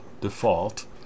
Default